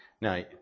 Now